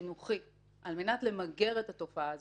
חינוכי על מנת למגר את התופעה הזו,